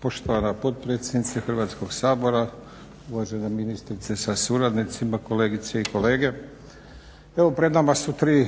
Poštovana potpredsjednice Hrvatskog sabora, uvažena ministrice sa suradnicima, kolegice i kolege. Evo pred nama su tri